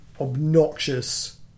obnoxious